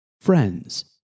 Friends